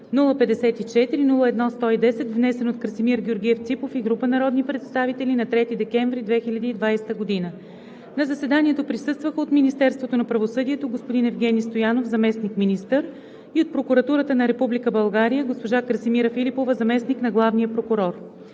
054-01-110, внесен от Красимир Георгиев Ципов и група народни представители на 3 декември 2020 г. На заседанието присъстваха от Министерството на правосъдието: господин Евгени Стоянов – заместник-министър; и от Прокуратурата на Република България: госпожа Красимира Филипова – заместник на главния прокурор.